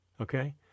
Okay